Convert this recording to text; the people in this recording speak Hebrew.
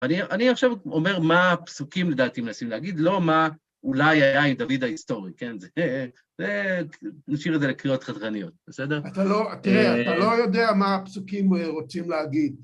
אני, אני עכשיו אומר מה הפסוקים לדעתי מנסים להגיד, לא מה אולי היה עם דוד ההיסטורי, כן? זה... זה, נשאיר את זה לקריאות חדרניות, בסדר? תראה, אתה לא יודע מה הפסוקים רוצים להגיד.